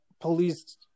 police